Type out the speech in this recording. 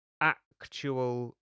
actual